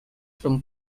for